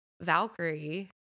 Valkyrie